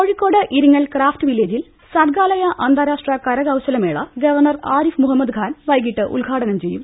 Kozhikode Iringal craft വില്ലേജിൽ സർഗാലയ അന്താരാഷ്ട് കരകൌശലമേള ഗവർണർ ആരിഫ് മുഹമ്മദ് ഖാൻ വൈകിട്ട് ഉദ്ഘാടനം ചെയ്യും